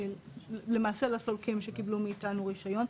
למעשה, לסולקים שקיבלו מאיתנו רישיון.